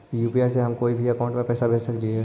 UPI से हम कोई के अकाउंट में पैसा भेज सकली ही?